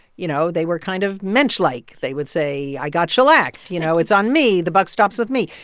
you know, they were kind of mensch-like. they would say, i got shellacked. you know, it's on me. the buck stops with me.